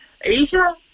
Asia